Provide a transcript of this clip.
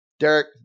Derek